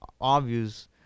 obvious